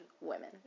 women